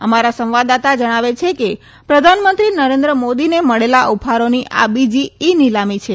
અમારા સંવાદદાતા જણાવે છે કે પ્રધાનમંત્રી નરેન્દ્રમોદીને મળેલા ઉપહારોની આ બીજી ઈ નિલામી છે